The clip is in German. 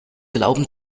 glauben